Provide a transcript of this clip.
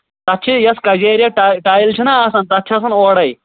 تَتھ چھِ یۄس کَجیریا ٹا ٹایِل چھُنہ آسان تَتھ چھُ آسان اورَے